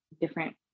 different